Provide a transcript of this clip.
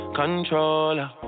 controller